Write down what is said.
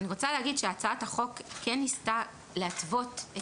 אני רוצה להגיד שהצעת החוק כן ניסתה להתוות את